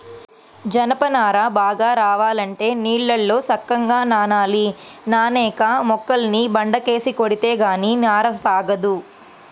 జనప నార బాగా రావాలంటే నీళ్ళల్లో సక్కంగా నానాలి, నానేక మొక్కల్ని బండకేసి కొడితే గానీ నార సాగదు